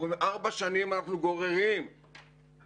ואומרים: ארבע שנים אנחנו גוררים שאלות,